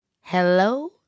Hello